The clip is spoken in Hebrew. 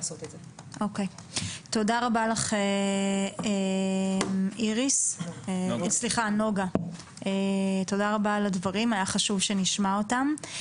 תודה רבה לך על הדברים נגה, היה חשוב שנשמע אותם.